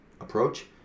approach